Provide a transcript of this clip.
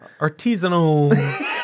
Artisanal